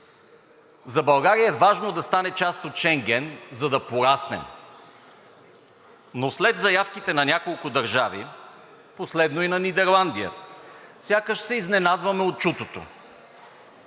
За България е важно да стане част от Шенген, за да пораснем. Но след заявките на няколко държави, последно и на Нидерландия, сякаш се изненадваме от чутото